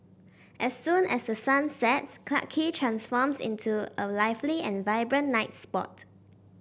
as soon as the sun sets Clarke Quay transforms into a lively and vibrant night spot